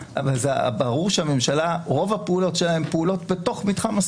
שרוב הפעולות של הממשלה הן פעולות בתוך מתחם הסבירות.